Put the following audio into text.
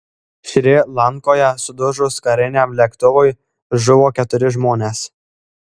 šri lankoje sudužus kariniam lėktuvui žuvo keturi žmonės